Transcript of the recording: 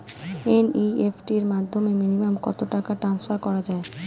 NEFT র মাধ্যমে minimum কত টাকা টান্সফার করা যায়?